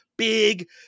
Big